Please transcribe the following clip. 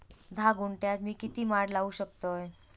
धा गुंठयात मी किती माड लावू शकतय?